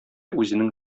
үзенең